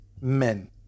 Men